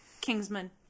Kingsman